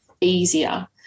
easier